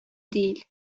değil